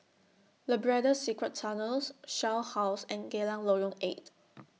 Labrador Secret Tunnels Shell House and Geylang Lorong eight